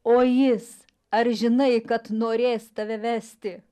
o jis ar žinai kad norės tave vesti